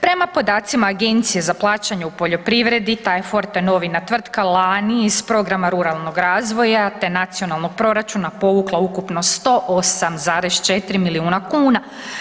Prema podacima Agencije za plaćanje u poljoprivredi, ta je Forta Novina tvrtka lani iz programa ruralnog razvoja te nacionalnog proračuna povukla ukupno 108,4 milijuna kuna.